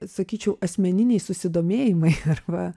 sakyčiau asmeniniai susidomėjimai arba